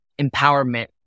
empowerment